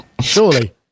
Surely